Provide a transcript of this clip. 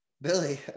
Billy